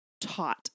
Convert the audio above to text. taught